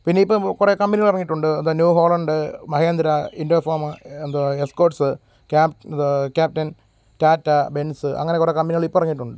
പിന്നെ ഇപ്പം കുറേ കമ്പനികൾ ഇറങ്ങിയിട്ടുണ്ട് ദ ന്യുഹോള് ഉണ്ട് മഹേന്ത്ര ഇന്റോ ഫോമ എന്തുവാ എസ്കോട്സ് കാപ്റ്റന് റ്റാറ്റ ബെന്സ് അങ്ങനെ കുറേ കമ്പനികൾ ഇപ്പം ഇറങ്ങിയിട്ടുണ്ട്